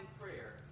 prayer